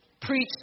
preach